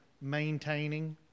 maintaining